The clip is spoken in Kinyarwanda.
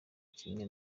kimwe